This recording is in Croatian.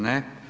Ne.